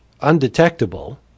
undetectable